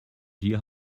dir